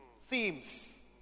themes